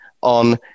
on